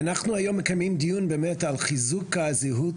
אנחנו היום מקיימים דיון באמת על חיזוק הזהות